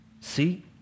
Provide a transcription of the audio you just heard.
See